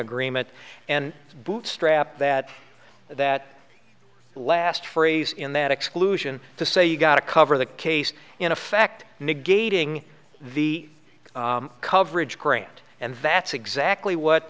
agreement and bootstrap that that last phrase in that exclusion to say you've got to cover the case in effect negating the coverage grant and that's exactly